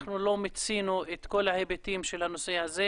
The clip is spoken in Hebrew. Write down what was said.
אנחנו לא מיצינו את כל ההיבטים של הנושא הזה.